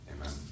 Amen